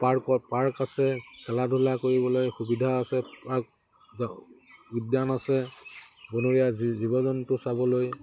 পাৰ্কত পাৰ্ক আছে খেলা ধূলা কৰিবলৈ সুবিধা আছে পাৰ্ক উদ্যান আছে বনৰীয়া জ জীৱ জন্তু চাবলৈ